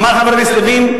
אמר חבר הכנסת לוין,